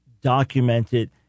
documented